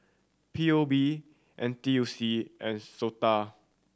P O B N T U C and SOTA